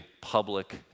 public